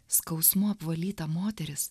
skausmu apvalyta moterys